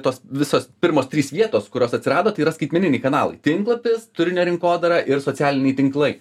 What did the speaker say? tos visos pirmos trys vietos kurios atsirado tai yra skaitmeniniai kanalai tinklapis turinio rinkodara ir socialiniai tinklai